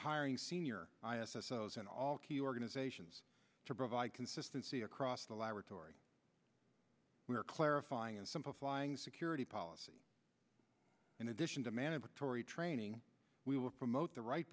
hiring senior i assess those in all key organizations to provide consistency across the laboratory we are clarifying and simplifying security policy in addition to mandatory training we will promote the right